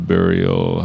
Burial